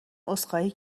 عذرخواهی